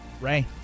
Ray